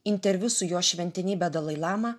interviu su jo šventenybe dalai lama